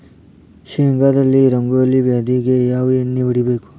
ಶೇಂಗಾದಲ್ಲಿ ರಂಗೋಲಿ ವ್ಯಾಧಿಗೆ ಯಾವ ಎಣ್ಣಿ ಹೊಡಿಬೇಕು?